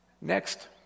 Next